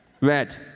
Red